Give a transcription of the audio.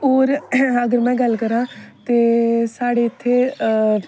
और अगर में गल्ल करां ते साढ़े इत्थै